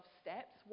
steps